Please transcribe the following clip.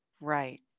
Right